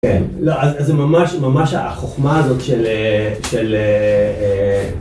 כן, לא, אז זה ממש ממש החוכמה הזאת של...